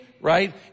right